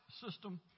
system